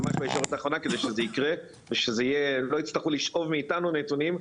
ממש בישורת האחרונה כדי שזה ייקרה ושלא יצטרכו לשאוב מאיתנו נתונים,